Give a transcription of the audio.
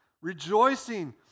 Rejoicing